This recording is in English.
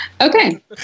Okay